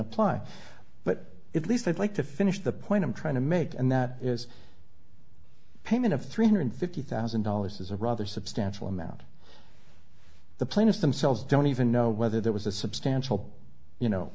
apply but it least i'd like to finish the point i'm trying to make and that is payment of three hundred fifty thousand dollars is a rather substantial amount the plaintiffs themselves don't even know whether there was a substantial you know